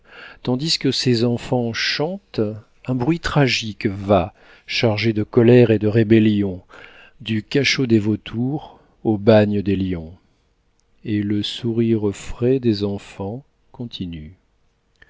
tandis que ces enfants chantent un bruit tragique va chargé de colère et de rébellions du cachot des vautours au bagne des lions et le sourire frais des enfants continue